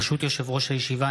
ברשות יושב-ראש הישיבה,